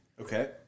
Okay